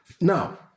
Now